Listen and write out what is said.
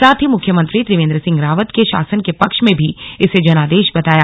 साथ ही मुख्यमंत्री त्रिवेंद्र सिंह रावत के शासन के पक्ष में भी इसे जनादेश बताया